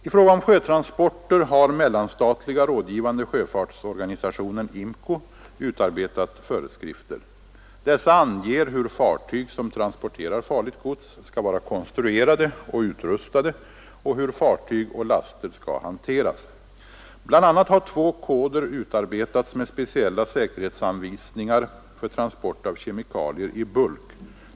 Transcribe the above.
I fråga om sjötransporter har Mellanstatliga rådgivande sjöfartsorganisationen utarbetat föreskrifter. Dessa anger hur fartyg, som transporterar farligt gods, skall vara konstruerade och utrustade och hur fartyg och laster skall hanteras. Bl. a. har två koder utarbetats med speciella säkerhetsanvisningar för transport av kemikalier i bulk.